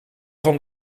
van